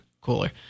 Cooler